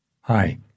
Hi